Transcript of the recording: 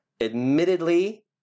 Admittedly